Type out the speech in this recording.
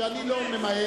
שאני לא ממהר,